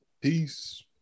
Peace